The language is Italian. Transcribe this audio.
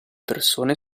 persone